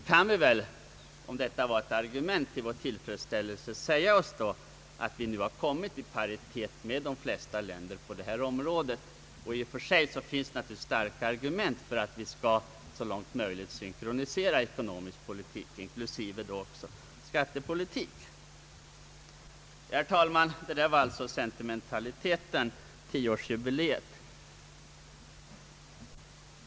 Om nu detta var ett argument kan vi väl i dag säga oss, att vi nu har kommit i paritet med de flesta länder på detta område. I och för sig finns det naturligtvis starka argument för att man så långt möjligt skall synkronisera ekonomisk politik, inklusive skattepolitiken. Detta var alltså sentimentaliteten — tioårsjubileet.